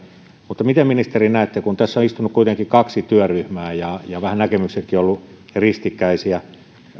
mutta miten ministeri näette kun tässä on istunut kuitenkin kaksi työryhmää ja vähän näkemyksetkin ovat olleet ristikkäisiä niin